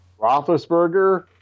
Roethlisberger